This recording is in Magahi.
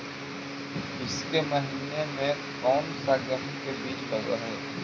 ईसके महीने मे कोन सा गेहूं के बीज लगे है?